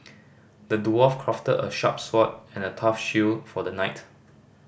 the dwarf crafted a sharp sword and a tough shield for the knight